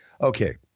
Okay